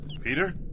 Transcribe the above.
Peter